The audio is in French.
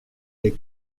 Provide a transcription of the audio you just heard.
les